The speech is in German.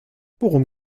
worum